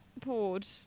poured